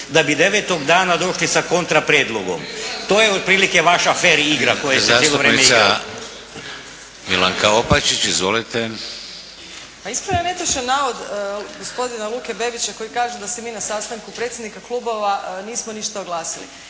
da bi devetog dana došli sa kontra prijedlogom. To je otprilike vaša fer igra koju cijelo vrijeme igrate. **Šeks, Vladimir (HDZ)** Zastupnica Milanka Opačić. Izvolite! **Opačić, Milanka (SDP)** Pa ispravljam netočan navod gospodina Luke Bebića koji kaže da se mi na sastanku predsjednika klubova nismo ništa oglasili.